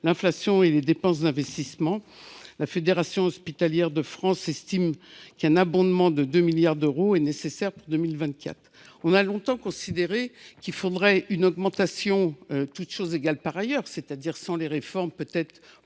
l’inflation et les dépenses d’investissement. La Fédération hospitalière de France (FHF) estime qu’un abondement de 2 milliards d’euros est nécessaire pour 2024. On a longtemps considéré qu’il faudrait – toutes choses égales par ailleurs, c’est à dire sans les réformes profondes